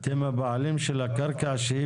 אתם הבעלים של הקרקע שהיא